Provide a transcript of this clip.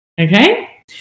Okay